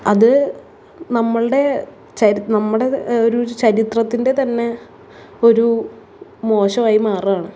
അതു നമ്മളുടെ ചരി നമ്മുടെ ഒരു ചരിത്രത്തിന്റെ തന്നെ ഒരു മോശമായി മാറാണ്